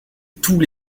tous